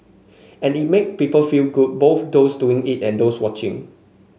and it made people feel good both those doing it and those watching